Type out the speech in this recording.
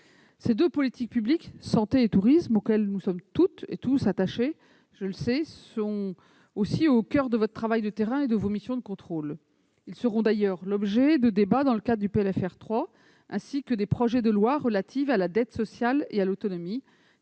Ces deux politiques publiques, santé et tourisme, auxquelles nous sommes toutes et tous attachés, je le sais, sont aussi au coeur de votre travail de terrain et de vos missions de contrôle. Elles seront d'ailleurs l'objet de débats dans le cadre du PLFR 3, ainsi que du projet de loi et du projet de loi organique relatifs à la dette sociale et à l'autonomie,